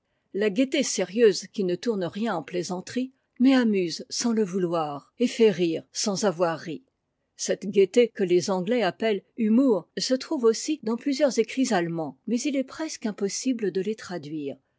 la gaieté sérieuse qui ne tourne rien en plaisanterie mais amuse sans le vouloir et fait rire sans avoir ri cette gaieté que tes anglais appellent ltumour se trouve aussi dans plusieurs écrits allemands mais il est presque impossible de les traduire